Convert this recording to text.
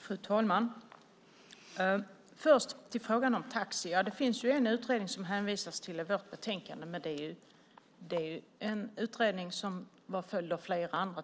Fru talman! Låt mig börja med frågan om taxi. Det hänvisas till en utredning i vårt betänkande, men den utredningen föregicks av flera andra.